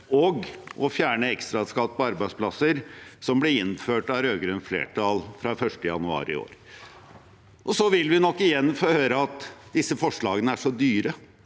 og å fjerne ekstraskatt på arbeidsplasser, noe som ble innført av det rød-grønne flertallet fra 1. januar i år. Så vil vi nok igjen få høre at disse forslagene er så dyre,